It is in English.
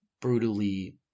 brutally